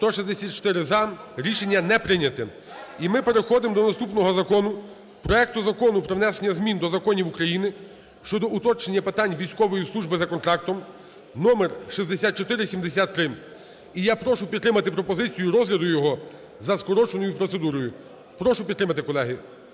За-164 Рішення не прийняте. І ми переходимо до наступного закону. Проекту Закону про внесення змін до законів України щодо уточнення питань військової служби за контрактом (№ 6473). І я прошу підтримати пропозицію розгляду його за скороченою процедурою. Прошу підтримати, колеги.